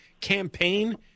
campaign